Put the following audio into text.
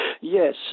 Yes